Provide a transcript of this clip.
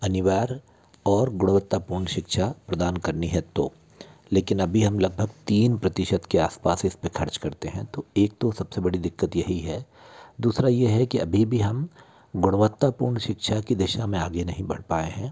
अनिवार्य और गुणवत्तापूर्ण शिक्षा प्रदान करनी है तो लेकिन अभी हम लगभग तीन प्रतिशत के आस पास इस पे ख़र्च करते हैं तो एक तो सब से बड़ी दिक्कत यही है दूसरा ये है कि अभी भी हम गुणवत्तापूर्ण शिक्षा की दिशा में आगे नही बढ़ पाए हैं